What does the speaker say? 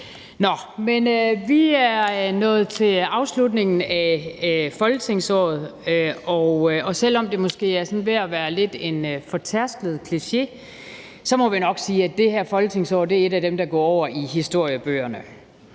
vi er nået til afslutningen af folketingsåret, og selv om det måske er sådan ved at være lidt en fortærsket kliché, må vi nok sige, at det her folketingsår er et af dem, der går over i historiebøgerne.